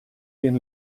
den